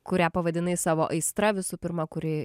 kurią pavadinai savo aistra visu pirma kuri